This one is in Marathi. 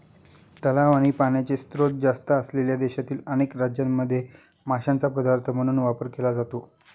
तलाव आणि पाण्याचे स्त्रोत जास्त असलेल्या देशातील अनेक राज्यांमध्ये माशांचा पदार्थ म्हणून वापर केला जातो